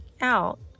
out